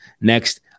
Next